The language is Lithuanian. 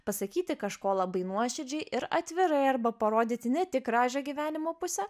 pasakyti kažko labai nuoširdžiai ir atvirai arba parodyti ne tik gražią gyvenimo pusę